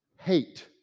hate